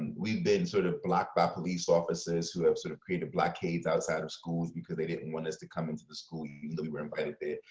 we've been sort of blocked but police officers who have sort of created blockades outside of schools because they didn't want us to come and to the school even though we were invited there.